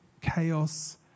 chaos